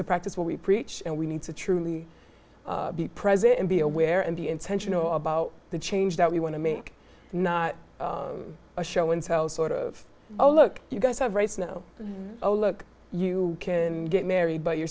to practice what we preach and we need to truly be present and be aware and be intentional about the change that we want to make not to show and tell sort of oh look you guys have rights now oh look you can get married but you're